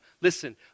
Listen